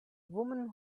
woman